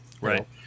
Right